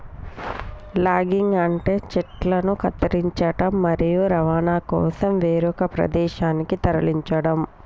logging అంటే చెట్లను కత్తిరించడం, మరియు రవాణా కోసం వేరొక ప్రదేశానికి తరలించడం